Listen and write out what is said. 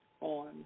on